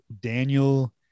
Daniel